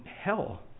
hell